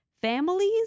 families